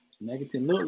negative